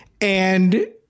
and-